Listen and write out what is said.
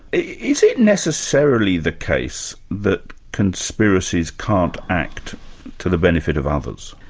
is it necessarily the case that conspiracies can't act to the benefit of others?